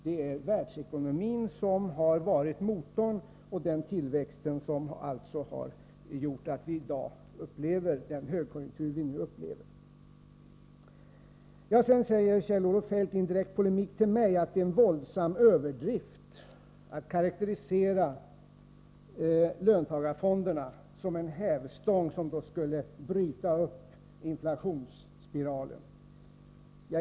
Det är världsekonomin som varit motorn och tillväxten i den som gjort att vi i dag har den högkonjunktur vi nu upplever. Sedan sade Kjell-Olof Feldt i direkt polemik med mig att det är en våldsam överdrift att karakterisera löntagarfonderna som en hävstång som skulle bryta upp inflationsspiralen.